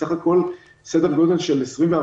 בסך הכל סדר גודל של 24,